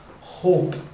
hope